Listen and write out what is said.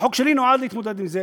החוק שלי נועד להתמודד עם זה.